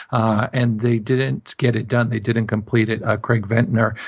and they didn't get it done. they didn't complete it. ah craig venter,